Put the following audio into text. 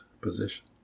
position